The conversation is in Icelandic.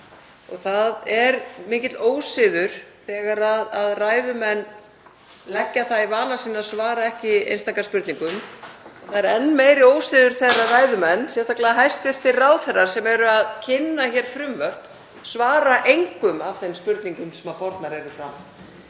Það er mikill ósiður þegar ræðumenn leggja í vana sinn að svara ekki einstaka spurningum. Það er enn meiri ósiður þegar ræðumenn, sérstaklega hæstv. ráðherrar sem eru að kynna hér frumvörp, svara engum af þeim spurningum sem bornar eru fram.